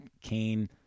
Kane